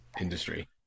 industry